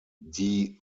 die